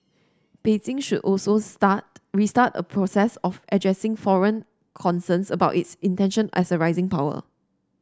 Beijing should also star restart a process of addressing foreign concerns about its intention as a rising power